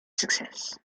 success